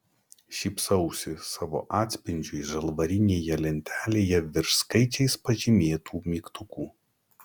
šypsausi savo atspindžiui žalvarinėje lentelėje virš skaičiais pažymėtų mygtukų